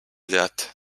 that